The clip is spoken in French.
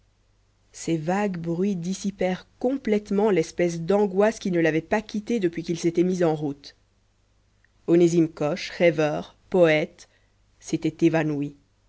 ces vagues bruits dissipèrent complètement l'espèce d'angoisse qui ne l'avait pas quitté depuis qu'il s'était mis en route onésime coche rêveur poète s'était évanoui